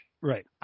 Right